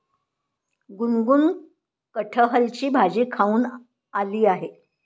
गुनगुन कठहलची भाजी खाऊन आली आहे